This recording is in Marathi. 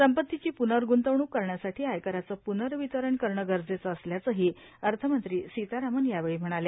संपत्तीची पुर्नगुंतवणूक करण्यासाठी आयकराचं पुर्नर्वितरण करणं गरजेचं असल्याचांही अर्थमंत्री सितारामन यावेळी म्हणाल्या